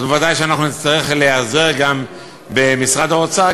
ודאי שאנחנו נצטרך להיעזר גם במשרד האוצר,